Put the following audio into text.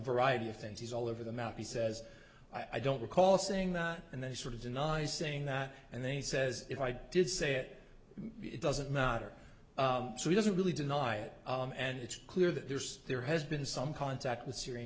variety of things he's all over the map he says i don't recall saying that and then he sort of denies saying that and then he says if i did say it it doesn't matter so he doesn't really deny it and it's clear that there's there has been some contact with syria